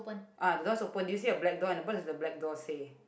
ah the door is open do you see a black door and what does the black door say